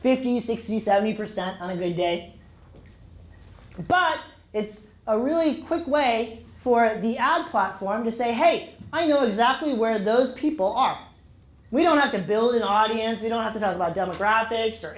fifty sixty seventy percent on a day day but it's a really quick way for the ad platform to say hey i know exactly where those people are we don't have to build an audience we don't have that out of our demographics or